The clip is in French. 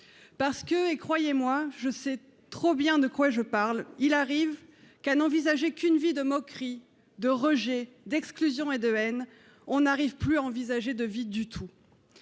Parce que- et, croyez-moi, je sais trop bien de quoi je parle -, à n'envisager qu'une vie de moqueries, de rejet, d'exclusion et de haine, on en arrive parfois à ne plus envisager de vie du tout.